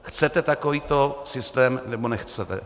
Chcete takovýto systém, nebo nechcete?